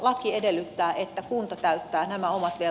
laki edellyttää että kunta täyttää nämä ovat jo